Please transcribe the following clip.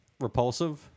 Repulsive